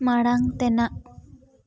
ᱢᱟᱲᱟᱝ ᱛᱮᱱᱟᱜ